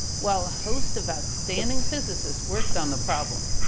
while a host of outstanding physicists worked on the problem,